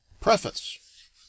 PREFACE